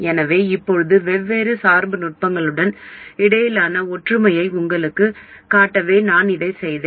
எனவே இப்போது வெவ்வேறு சார்பு நுட்பங்களுக்கு இடையிலான ஒற்றுமையை உங்களுக்குக் காட்டவே இதைச் செய்தேன்